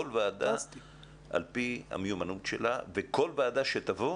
כל ועדה על פי המיומנות שלה, וכל ועדה תבוא